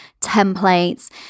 templates